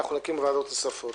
נקים ועדות נוספות.